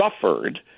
suffered